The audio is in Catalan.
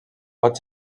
pot